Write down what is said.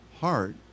heart